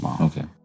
Okay